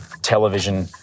television